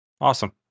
Awesome